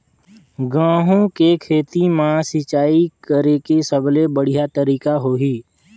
गंहू के खेती मां सिंचाई करेके सबले बढ़िया तरीका होही?